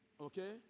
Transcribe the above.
Okay